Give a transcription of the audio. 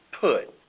put